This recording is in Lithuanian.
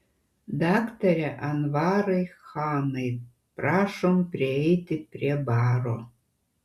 daktare anvarai chanai prašom prieiti prie baro